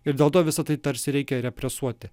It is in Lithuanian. ir dėl to visą tai tarsi reikia represuoti